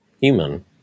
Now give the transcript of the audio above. Human